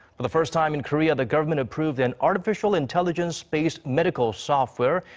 for the first time in korea, the government approved an artificial intelligence-based medical software.